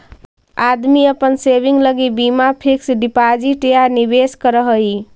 आदमी अपन सेविंग लगी बीमा फिक्स डिपाजिट या निवेश करऽ हई